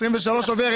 23' עובר,